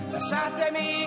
Lasciatemi